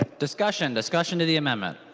discussion discussion to the amendment?